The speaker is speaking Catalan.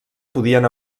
podien